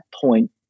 point